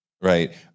Right